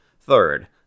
Third